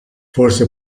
forse